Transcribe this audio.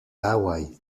hawaï